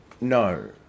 No